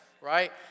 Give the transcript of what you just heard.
Right